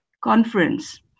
conference